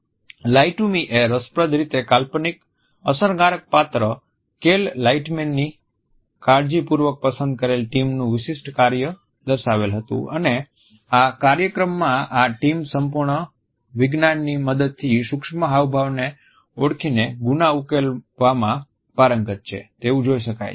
'લાઇ to Me' એ રસપ્રદ રીતે કાલ્પનિક અસરકારક પાત્ર કેલ લાઇટમેનની કાળજીપૂર્વક પસંદ કરેલ ટીમ નુ વિશિષ્ટ કાર્ય દર્શાવેલ હતુ અને આ કાર્યક્રમમાં આ ટીમ સંપૂર્ણ વિજ્ઞાનની મદદથી સૂક્ષ્મ હાવભાવને ઓળખીને ગુના ઉકેલમાં પારંગત છે તેવું જોઈ શકાય છે